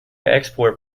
export